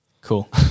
Cool